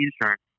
insurance